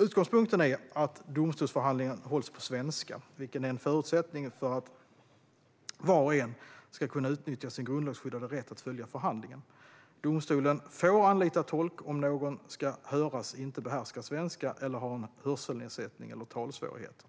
Utgångspunkten är att domstolsförhandlingen hålls på svenska, vilket är en förutsättning för att var och en ska kunna utnyttja sin grundlagsskyddade rätt att följa förhandlingen. Domstolen får anlita tolk om någon som ska höras inte behärskar svenska eller har en hörselnedsättning eller talsvårigheter.